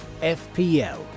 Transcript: FPL